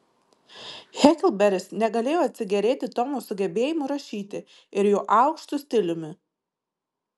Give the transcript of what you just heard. heklberis negalėjo atsigėrėti tomo sugebėjimu rašyti ir jo aukštu stiliumi